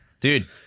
Dude